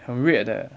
and weird 的